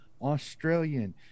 Australian